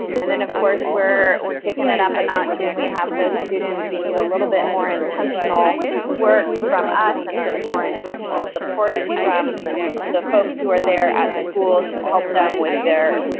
and then of course where we're kicking it up when we have those students who need a little bit more intentional work from us, and a more intentional supports from the folks who are there at school to help them with their,